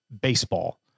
baseball